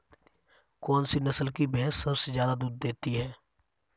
कौन सी नस्ल की भैंस सबसे ज्यादा दूध देती है?